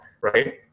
right